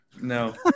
no